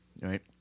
right